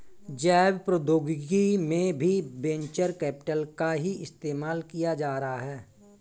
जैव प्रौद्योगिकी में भी वेंचर कैपिटल का ही इस्तेमाल किया जा रहा है